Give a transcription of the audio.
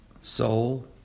soul